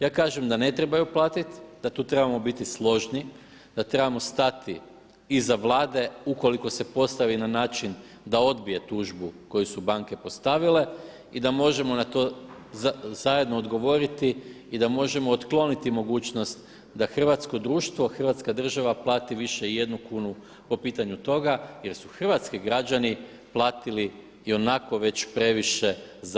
Ja kažem da ne trebaju platiti, da tu trebamo biti složni, da trebamo stati iza Vlade ukoliko se postavi na način da odbije tužbu koje su banke postavile i da možemo na to zajedno odgovoriti i da možemo otkloniti mogućnost da hrvatsko društvo, Hrvatska država plati više ijednu kunu po pitanju toga jer su hrvatski građani platili ionako već previše zadnjih 10 godina.